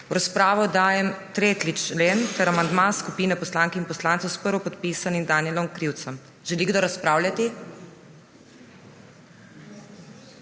V razpravo dajem 3. člen ter amandma skupine poslank in poslancev s prvopodpisanim Danijelom Krivcem. Želi kdo razpravljati?